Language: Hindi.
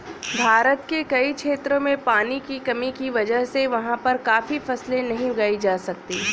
भारत के कई क्षेत्रों में पानी की कमी की वजह से वहाँ पर काफी फसलें नहीं उगाई जा सकती